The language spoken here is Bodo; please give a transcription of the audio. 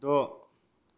द'